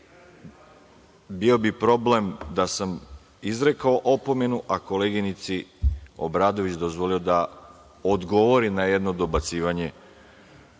Bio bi problem da sam izrekao opomenu, a koleginici Obradović dozvolio da odgovori na jedno dobacivanje